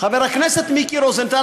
חבר הכנסת מיקי רוזנטל,